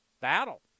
battle